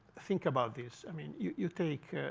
think about this. i mean, you take